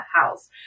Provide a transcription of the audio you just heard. house